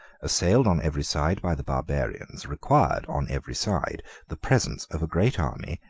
assailed on every side by the barbarians, required on every side the presence of a great army,